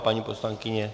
Paní poslankyně?